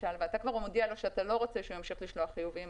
ואתה כבר מודיע לו שאתה לא רוצה שהוא ימשיך לשלוח חיובים,